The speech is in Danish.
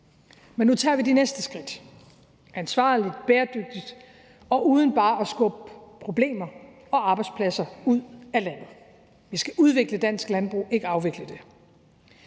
Men nu tager vi de næste skridt – ansvarligt, bæredygtigt og uden bare at skubbe problemer og arbejdspladser ud af landet. Vi skal udvikle dansk landbrug, ikke afvikle det.